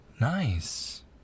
nice